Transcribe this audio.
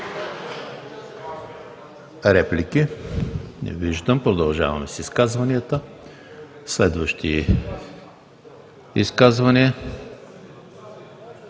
Реплики? Не виждам. Продължаваме с изказванията. Следващи изказвания?